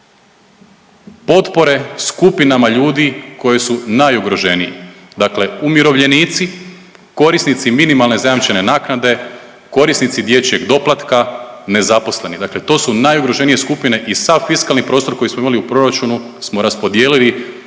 potpore skupinama ljudi koji su najugroženiji, dakle umirovljenici, korisnici minimalne zajamčene naknade, korisnici dječjeg doplatka, nezaposleni. Dakle, to su najugroženije skupine i sav fiskalni prostor koji smo imali u proračunu smo raspodijelili